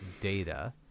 data